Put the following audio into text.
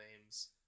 names